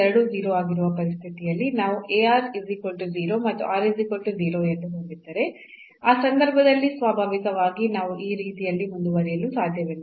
ಎರಡೂ 0 ಆಗಿರುವ ಪರಿಸ್ಥಿತಿಯಲ್ಲಿ ನಾವು a ಮತ್ತು ಎಂದು ಹೊಂದಿದ್ದರೆ ಆ ಸಂದರ್ಭದಲ್ಲಿ ಸ್ವಾಭಾವಿಕವಾಗಿ ನಾವು ಈ ರೀತಿಯಲ್ಲಿ ಮುಂದುವರಿಯಲು ಸಾಧ್ಯವಿಲ್ಲ